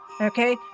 Okay